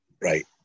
right